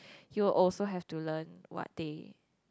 you'll also have to learn what they